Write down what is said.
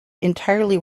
entirely